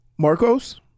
Marcos